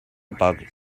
bug